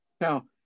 Now